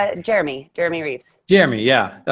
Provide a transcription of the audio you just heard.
ah jeremy jeremy reeves. jeremy. yeah,